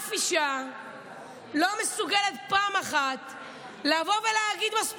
אף אישה לא מסוגלת פעם אחת לבוא ולהגיד: מספיק,